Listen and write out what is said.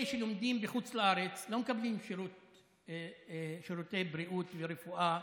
אלה שלומדים בחוץ לארץ לא מקבלים שירותי בריאות ורפואה